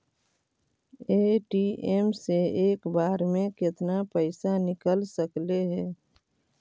ATM से एक बार मे केतना पैसा निकल सकले हे?